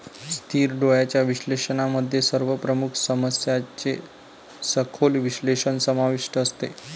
स्थिर डोळ्यांच्या विश्लेषणामध्ये सर्व प्रमुख समस्यांचे सखोल विश्लेषण समाविष्ट असते